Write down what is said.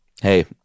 hey